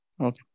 okay